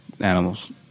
animals